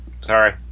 sorry